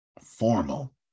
Formal